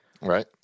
right